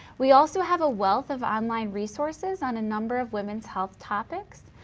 we also have a wealth of online resources on a number of women's health topics.